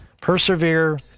Persevere